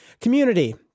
community